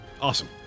Awesome